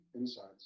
insights